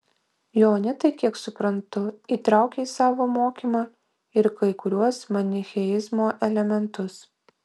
joanitai kiek suprantu įtraukia į savo mokymą ir kai kuriuos manicheizmo elementus